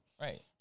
Right